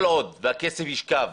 כל עוד הכסף ישכב